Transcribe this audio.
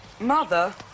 Mother